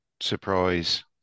surprise